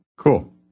Cool